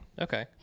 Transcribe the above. Okay